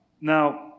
Now